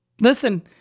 Listen